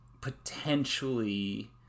potentially